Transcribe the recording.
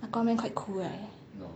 aquaman quite cool right